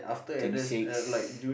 twenty six